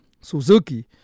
Suzuki